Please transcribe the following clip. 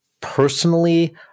personally